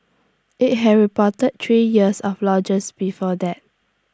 IT had reported three years of loges before that